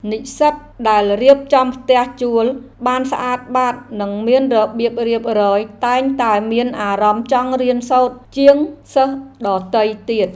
និស្សិតដែលរៀបចំផ្ទះជួលបានស្អាតបាតនិងមានរបៀបរៀបរយតែងតែមានអារម្មណ៍ចង់រៀនសូត្រជាងសិស្សដទៃទៀត។